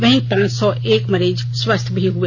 वहीं पांच सौ एक मरीज स्वस्थ्य भी हुए